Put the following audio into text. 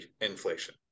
inflation